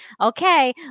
okay